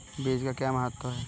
बीज का महत्व क्या है?